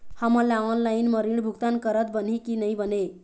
हमन ला ऑनलाइन म ऋण भुगतान करत बनही की नई बने?